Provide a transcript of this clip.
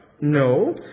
No